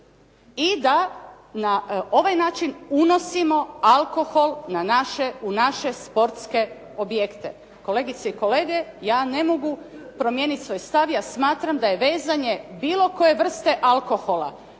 i da na ovaj način unosimo alkohol u naše sportske objekte. Kolegice i kolege, ja ne mogu promijeniti svoj stav, ja smatram da je vezanje bilo koje vrste alkohola